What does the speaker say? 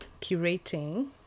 curating